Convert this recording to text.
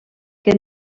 que